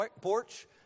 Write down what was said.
porch